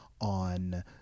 on